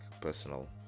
personal